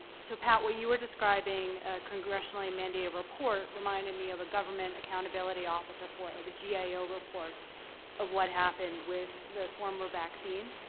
so pat, what you were describing a congressionally mandated report reminded me of a government accountability office report, like a gao ah report of what happened with the former vaccine.